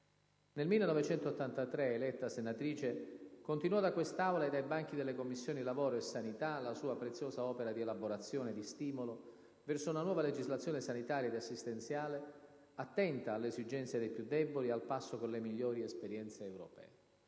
Nel 1983, eletta senatrice, continuò da quest'Aula e dai banchi delle Commissioni lavoro e sanità la sua preziosa opera di elaborazione e di stimolo verso una nuova legislazione sanitaria ed assistenziale attenta alle esigenze dei più deboli ed al passo con le migliori esperienze europee.